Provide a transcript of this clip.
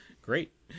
Great